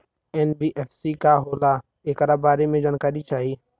NBFC का होला ऐकरा बारे मे जानकारी चाही?